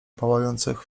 pałających